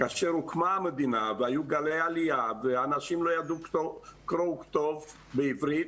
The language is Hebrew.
כאשר הוקמה המדינה והיו גלי העלייה ואנשים לא ידעו קרוא וכתוב בעברית,